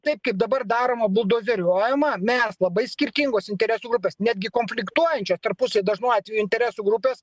taip kaip dabar daroma buldozeriuojama mes labai skirtingos interesų grupės netgi konfliktuojančios tarpusavyje dažnu atveju interesų grupės